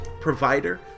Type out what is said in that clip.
provider